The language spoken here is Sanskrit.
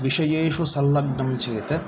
विषयेषु संलग्नं चेत्